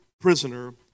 prisoner